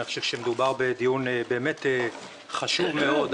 מדובר בדיון באמת חשוב מאוד,